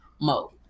mode